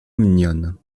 mignonne